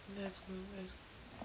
that's good that's good